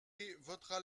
votera